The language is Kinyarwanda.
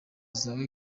zawe